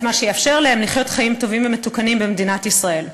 את מה שיאפשר להם לחיות חיים טובים ומתוקנים במדינת ישראל.